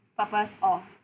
purpose or